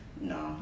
no